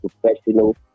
professional